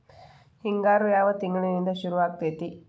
ಹಿಂಗಾರು ಯಾವ ತಿಂಗಳಿನಿಂದ ಶುರುವಾಗತೈತಿ?